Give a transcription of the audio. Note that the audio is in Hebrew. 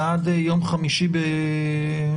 זה עד יום חמישי ב-23:59.